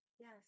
yes